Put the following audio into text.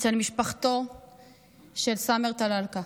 אצל משפחתו של סאמר טלאלקה,